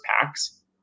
packs